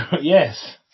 Yes